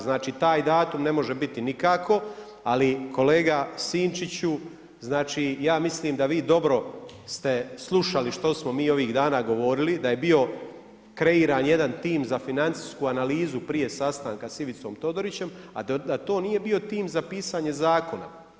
Znači taj datum ne može biti nikako, ali kolega Sinčiću, ja mislim da vi dobro ste slušali što smo mi ovih dana govorili, da je bio kreiran za financijsku analizu prije sastanka sa Ivicom Todorićem a da to nije bio tim za pisanje zakona.